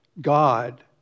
God